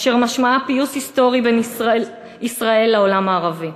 אשר משמעה פיוס היסטורי בין ישראל לעולם הערבי.